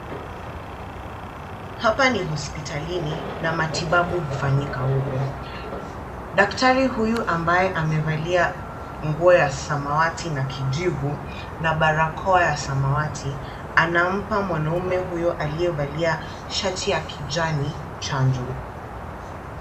Hapa ni hospitalini na matibabu hufanyika huku. Daktari huyu ambaye amevalia nguo ya samawati na kijivu na barakoa ya samawati, anampa mwanaume huyu aliyevalia shati ya kijani chanjo.